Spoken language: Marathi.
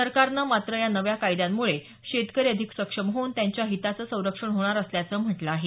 सरकारनं मात्र या नव्या कायद्यांमुळे शेतकरी अधिक सक्षम होऊन त्यांच्या हिताचं संरक्षण होणार असल्याचं म्हटलं आहे